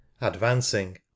Advancing